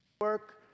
Work